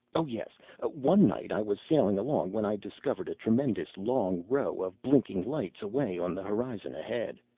oh yes one night i was sailing along, when i discovered a tremendous long row of blinking lights away on the horizon ahead.